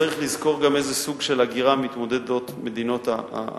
צריך לזכור גם עם איזה סוג של הגירה מתמודדות מדינות המערב.